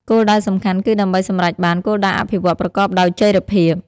គោលដៅសំខាន់គឺដើម្បីសម្រេចបាន គោលដៅអភិវឌ្ឍន៍ប្រកបដោយចីរភាព។